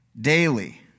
daily